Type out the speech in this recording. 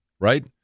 right